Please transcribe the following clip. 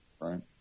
right